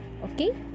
Okay